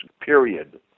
period